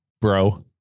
Bro